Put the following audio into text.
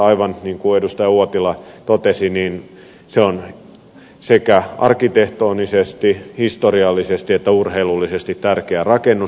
aivan niin kuin edustaja uotila totesi niin se on sekä arkkitehtonisesti historiallisesti että urheilullisesti tärkeä rakennus